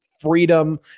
freedom